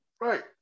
Right